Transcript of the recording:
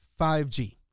5g